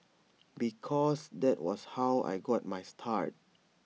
because that was how I got my start